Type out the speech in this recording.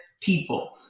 people